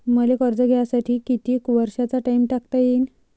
मले कर्ज घ्यासाठी कितीक वर्षाचा टाइम टाकता येईन?